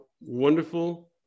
wonderful